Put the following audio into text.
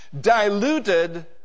diluted